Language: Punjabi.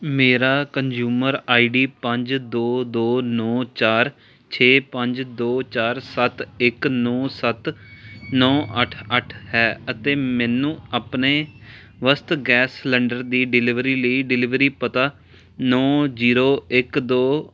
ਮੇਰਾ ਕਨਜ਼ੂਮਰ ਆਈਡੀ ਪੰਜ ਦੋ ਦੋ ਨੌਂ ਚਾਰ ਛੇ ਪੰਜ ਦੋ ਚਾਰ ਸੱਤ ਇੱਕ ਨੌਂ ਸੱਤ ਨੌਂ ਅੱਠ ਅੱਠ ਹੈ ਅਤੇ ਮੈਨੂੰ ਆਪਣੇ ਵਾਸਤੇ ਗੈਸ ਸਿਲੰਡਰ ਦੀ ਡਿਲਿਵਰੀ ਲਈ ਡਿਲਿਵਰੀ ਪਤਾ ਨੌਂ ਜੀਰੋ ਇੱਕ ਦੋ